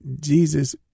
Jesus